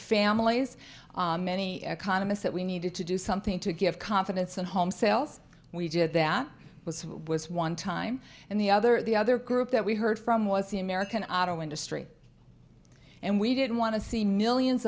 families many economists that we needed to do something to give confidence in home sales we did that was what was one time and the other the other group that we heard from was the american auto industry and we didn't want to see millions